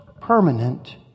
permanent